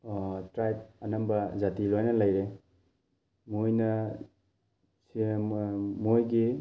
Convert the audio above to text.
ꯇ꯭ꯔꯥꯏꯕ ꯑꯅꯝꯕ ꯖꯥꯇꯤ ꯂꯣꯏꯅ ꯂꯩꯔꯦ ꯃꯣꯏꯅ ꯁꯦ ꯃꯣꯏꯒꯤ